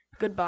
Goodbye